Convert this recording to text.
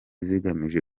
zigamije